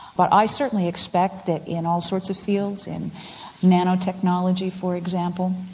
but i certainly expect that in all sorts of fields, in nanotechnology for example,